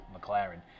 McLaren